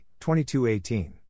22-18